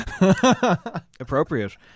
Appropriate